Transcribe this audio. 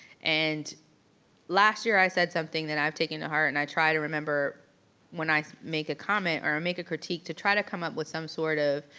and last year i said something that i've taken to heart and i try to remember when i make a comment or i make a critique to try to come up with some sort of